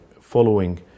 following